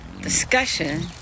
discussion